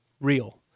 real